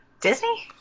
Disney